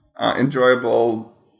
enjoyable